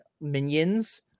minions